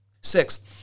Sixth